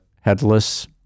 headless